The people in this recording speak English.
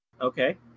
Okay